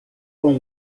com